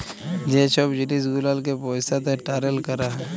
যে ছব জিলিস গুলালকে পইসাতে টারেল ক্যরা হ্যয়